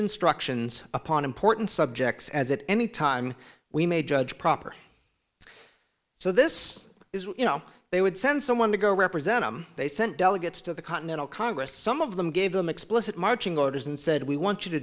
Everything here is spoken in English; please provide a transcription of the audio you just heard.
instructions upon important subjects as it anytime we may judge proper so this is you know they would send someone to go represent they sent delegates to the continental congress some of them gave them explicit marching orders and said we want you to